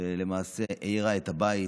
שלמעשה העירה את הבית,